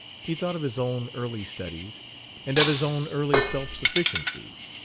he thought of his own early studies and of his own early self-sufficiencies.